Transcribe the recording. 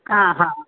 ಹಾಂ ಹಾಂ